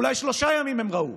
אולי שלושה ימים הם היו.